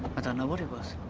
i don't know what it was.